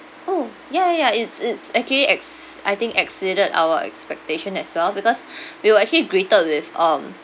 oh ya ya ya it's it's actually excee~ I think exceeded our expectation as well because we were actually greeted with um